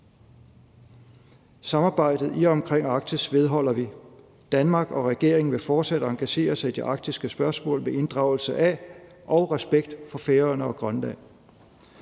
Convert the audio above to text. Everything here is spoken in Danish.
Samarbejdet i og omkring Arktis vedholder vi. Danmark og regeringen vil fortsat engagere sig i det arktiske spørgsmål med inddragelse af og respekt for Færøerne og Grønland.